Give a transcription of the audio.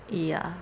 ya